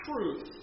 truth